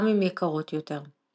גם אם יקרות יותר.